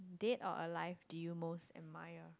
dead or alive do you most admire